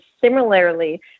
similarly